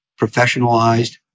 professionalized